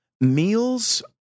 meals